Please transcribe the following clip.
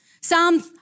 Psalm